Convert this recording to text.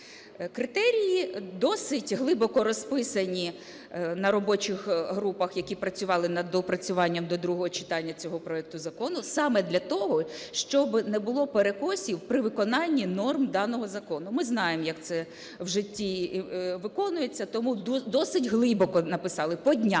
Критерії досить глибоко розписані на робочих групах, які працювали над доопрацювання до другого читання цього проекту закону саме для того, щоб не було перекосів при виконанні норм даного закону. Ми знаємо, як це в житті виконується, тому досить глибоко написали по днях,